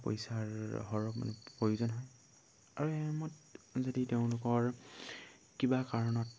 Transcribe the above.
পইচাৰ সৰহ মানে প্ৰয়োজন হয় আৰু এইসমূহত যদি তেওঁলোকৰ কিবা কাৰণত